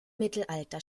mittelalter